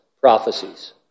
prophecies